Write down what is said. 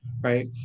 right